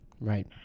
right